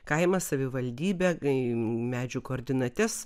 kaimą savivaldybę medžių koordinates